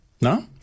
No